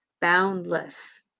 Boundless